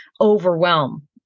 overwhelm